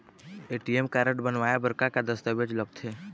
ATM card बनवाए बर का का दस्तावेज लगथे?